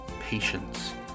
patience